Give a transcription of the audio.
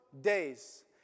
days